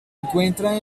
encuentra